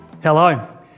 Hello